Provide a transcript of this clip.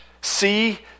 see